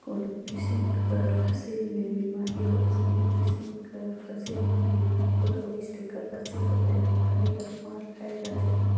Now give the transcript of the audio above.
कोनो किसिम कर फसिल में बेमारी होइस कोनो किसिम कर फसिल में कीरा मकोरा होइस तेकर फसिल कर पएदावारी हर मार खाए जाथे